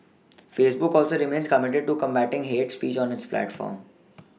Facebook also remains committed to combating hate speech on its platform